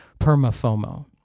perma-FOMO